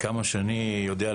עד כמה שאני יודע,